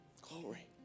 glory